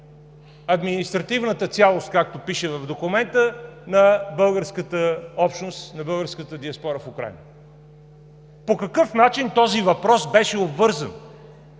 административната цялост, както пише в документа, на българската общност, на българската диаспора в Украйна? По какъв начин този въпрос беше обвързан